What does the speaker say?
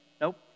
Nope